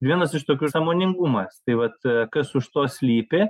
vienas iš tokių sąmoningumas tai vat kas už to slypi